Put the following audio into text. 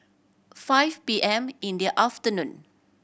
five P M in the afternoon